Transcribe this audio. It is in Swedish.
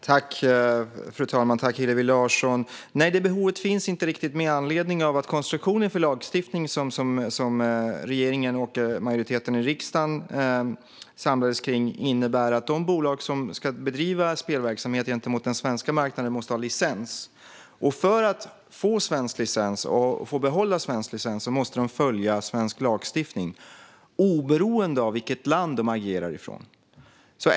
Fru talman! Jag tackar Hillevi Larsson för frågan. Nej, det behovet finns inte eftersom konstruktionen för den lagstiftning som regeringen och majoriteten i riksdagen samlades kring innebär att de bolag som ska bedriva spelverksamhet på den svenska marknaden måste ha licens. För att få och behålla svensk licens måste spelbolagen följa svensk lagstiftning, oberoende av vilket land de agerar från.